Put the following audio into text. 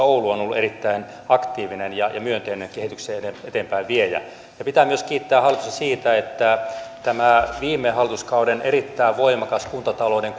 oulu on ollut erittäin aktiivinen ja ja myönteinen kehityksen eteenpäinviejä pitää kiittää hallitusta myös siitä että viime hallituskauden erittäin voimakkaaseen kuntatalouden